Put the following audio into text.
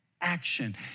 action